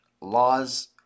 laws